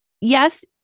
Yes